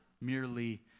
merely